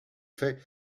fait